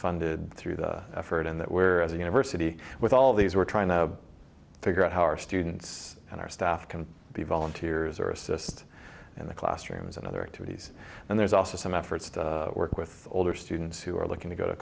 funded through the effort in that we're as a university with all these we're trying to figure out how our students and our staff can be volunteers or assist in the classrooms and other activities and there's also some efforts to work with older students who are looking to go to